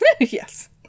Yes